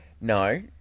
No